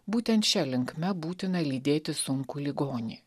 būtent šia linkme būtina lydėti sunkų ligonį